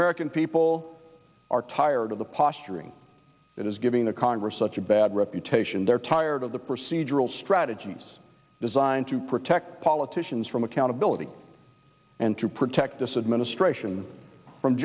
american people are tired of the posturing that is giving the congress such a bad reputation they're tired of the procedural strategies designed to protect politicians from accountability and to protect this administration from